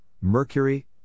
Mercury